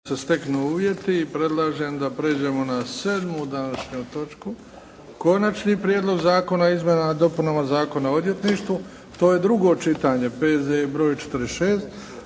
Luka (HDZ)** i predlažem da pređemo na sedmu današnju točku - Konačni prijedlog zakona o izmjenama i dopunama Zakona o odvjetništvu, drugo čitanje, P.Z.E. br. 46